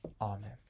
Amen